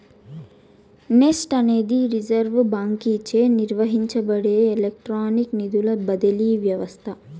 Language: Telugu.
నెస్ట్ అనేది రిజర్వ్ బాంకీచే నిర్వహించబడే ఎలక్ట్రానిక్ నిధుల బదిలీ వ్యవస్త